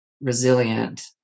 resilient